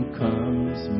comes